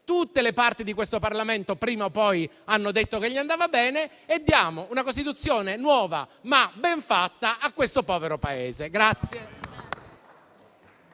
(tutte le parti di questo Parlamento, prima o poi, hanno detto che gli andava bene) e diamo una Costituzione nuova, ma ben fatta, a questo povero Paese.